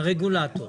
איתי,